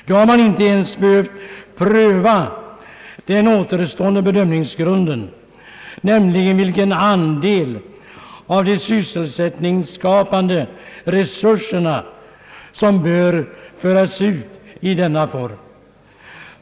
Då har man inte ens behövt pröva den återstående bedömningsgrunden, nämligen vilken andel av de sysselsättningsskapande resurserna som bör föras ut i denna form.